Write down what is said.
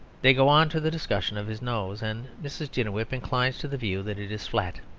they go on to the discussion of his nose, and mrs. jiniwin inclines to the view that it is flat.